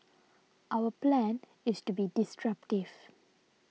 our plan is to be disruptive